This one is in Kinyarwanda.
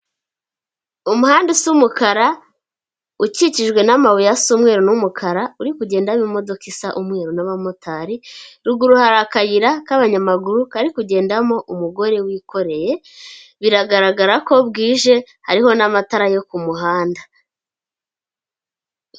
Umuhanda usa umukara, ukikijwe n'amabuye asa umweru n'umukara, uri kugendamo imodoka isa umweru n'abamotari, ruguru hari akayira k'abanyamaguru, kari kugendamo umugore wikoreye, biragaragara ko bwije hariho n'amatara yo ku muhanda.